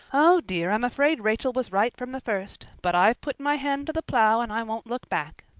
oh dear, i'm afraid rachel was right from the first. but i've put my hand to the plow and i won't look back.